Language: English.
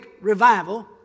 revival